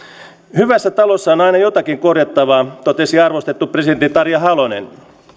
hyvässä talossa on on aina jotakin korjattavaa totesi arvostettu presidentti tarja halonen